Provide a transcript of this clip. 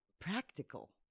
practical